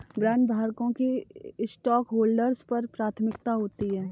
बॉन्डधारकों की स्टॉकहोल्डर्स पर प्राथमिकता होती है